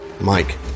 Mike